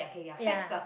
ya